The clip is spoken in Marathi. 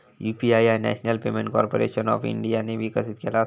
यू.पी.आय ह्या नॅशनल पेमेंट कॉर्पोरेशन ऑफ इंडियाने विकसित केला असा